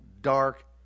dark